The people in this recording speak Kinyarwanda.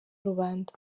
rubanda